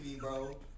bro